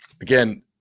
again